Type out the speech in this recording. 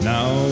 Now